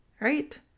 right